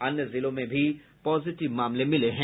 अन्य जिलों में भी पॉजिटिव मामले मिले हैं